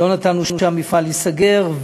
אנחנו לא נתנו שהמפעל ייסגר.